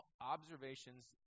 observations